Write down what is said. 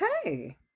okay